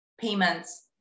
payments